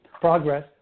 progress